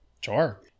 Sure